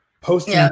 posting